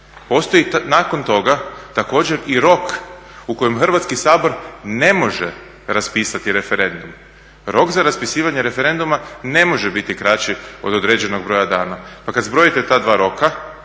dana. Nakon toga također i rok u kojem Hrvatski sabor ne može raspisati referendum. Rok za raspisivanje referenduma ne može biti kraći od određenog broja dana, pa kad zbrojite ta dva roka